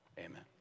Amen